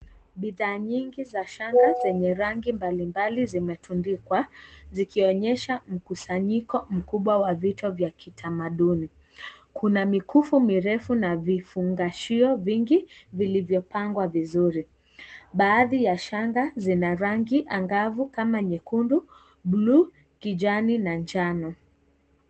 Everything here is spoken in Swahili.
Bidhaa nyingi za shanga zenye rangi mbalimbali zimetundikwa, zikionyesha mkusanyiko kubwa wa vitwa vya kitamaduni. Kuna mikufu mirefu na vifungashio vingi vilivyofungwa vizuri. Baadhi ya shanga zina rangi angavu kama nyekundu, bluu, kijani na njano.